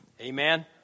Amen